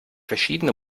verschiedene